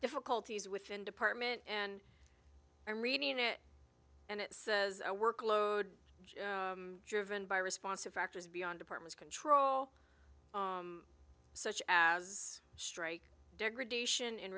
difficulties within department and i'm reading it and it says workload driven by response of factors beyond department control such as strike degradation in